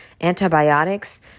antibiotics